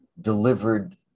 delivered